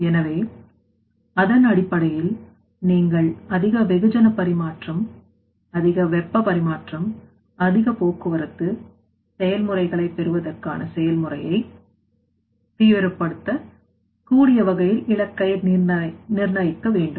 எனவே அதன் அடிப்படையில் நீங்கள் அதிக வெகுஜன பரிமாற்றம் அதிக வெப்ப பரிமாற்றம் அதிக போக்குவரத்து செயல்முறைகளை பெறுவதற்கான செயல்முறையை தீவிரப்படுத்த கூடியவகையில் இலக்கை நிர்ணயிக்க வேண்டும்